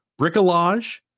Bricolage